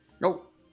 Nope